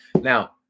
Now